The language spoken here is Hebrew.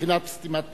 מבחינת סתימת פיות.